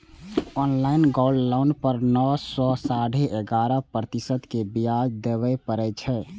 online gold loan पर नौ सं साढ़े ग्यारह प्रतिशत के ब्याज देबय पड़ै छै